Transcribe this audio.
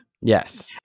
Yes